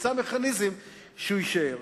נמצא מכניזם שהוא יישאר.